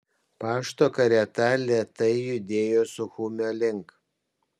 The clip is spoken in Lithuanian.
pašto karieta lėtai judėjo suchumio link